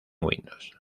windows